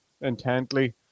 intently